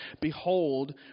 Behold